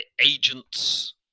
agents